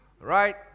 right